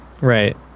Right